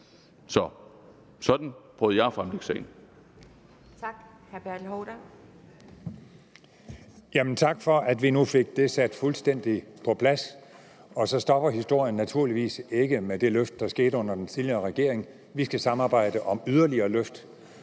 Tak. Hr. Bertel Haarder. Kl. 18:16 Bertel Haarder (V): Tak for, at vi nu fik det sat fuldstændig på plads, og så stopper historien naturligvis ikke med det løft, der skete under den tidligere regering. Vi skal samarbejde om yderligere løft,